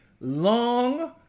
long